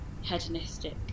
hedonistic